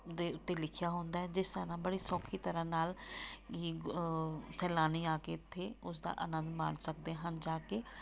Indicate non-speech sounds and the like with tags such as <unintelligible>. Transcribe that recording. ਦੇ ਉੱਤੇ ਲਿਖਿਆ ਹੁੰਦਾ ਜਿਸ <unintelligible> ਨਾਲ ਬੜੀ ਸੌਖੀ ਤਰ੍ਹਾਂ ਨਾਲ ਕੀ ਸੈਲਾਨੀ ਆ ਕੇ ਇੱਥੇ ਉਸਦਾ ਆਨੰਦ ਮਾਣ ਸਕਦੇ ਹਨ ਜਾ ਕੇ